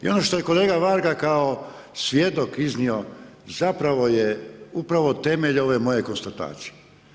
I ono što je kolega Varga kao svjedok iznio zapravo je upravo temelj ove moje konstatacije.